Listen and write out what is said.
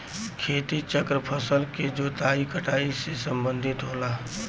खेती चक्र फसल के जोताई कटाई से सम्बंधित होला